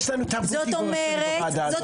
יש לנו תרבות דיבור כאן בוועדה הזאת.